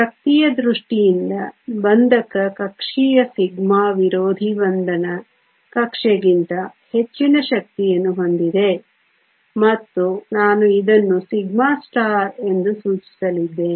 ಶಕ್ತಿಯ ದೃಷ್ಟಿಯಿಂದ ಬಂಧಕ ಕಕ್ಷೀಯ ಸಿಗ್ಮಾ ವಿರೋಧಿ ಬಂಧನ ಕಕ್ಷೆಗಿಂತ ಹೆಚ್ಚಿನ ಶಕ್ತಿಯನ್ನು ಹೊಂದಿದೆ ಮತ್ತು ನಾನು ಇದನ್ನು σಎಂದು ಸೂಚಿಸಲಿದ್ದೇನೆ